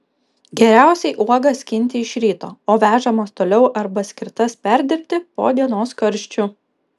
geriausiai uogas skinti iš ryto o vežamas toliau arba skirtas perdirbti po dienos karščių